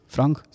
Frank